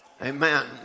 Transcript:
amen